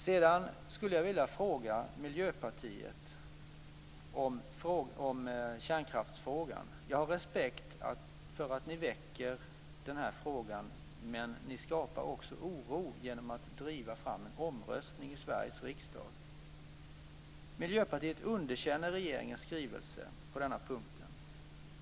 Sedan skulle jag vilja fråga Miljöpartiet om kärnkraftsfrågan. Jag har respekt för att ni miljöpartister väcker den här frågan, men ni skapar också oro genom att driva fram en omröstning i Sveriges riksdag. Miljöpartiet underkänner regeringens skrivelse på denna punkt.